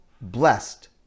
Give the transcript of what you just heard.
blessed